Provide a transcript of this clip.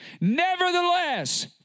nevertheless